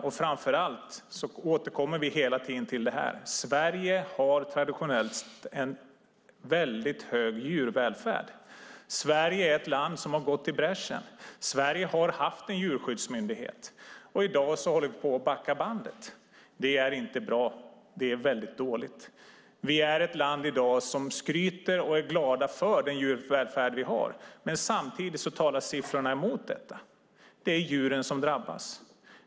Vi återkommer framför allt hela tiden till detta: Sverige har traditionellt haft en väldigt hög djurvälfärd. Sverige är ett land som har gått i bräschen. Sverige har haft en djurskyddsmyndighet, och i dag håller vi på att backa bandet. Det är inte bra, utan det är väldigt dåligt. Vi är i dag ett land och skryter om och är glada för den djurvälfärd vi har. Men samtidigt talar siffrorna emot detta. Det är djuren som drabbas.